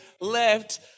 Left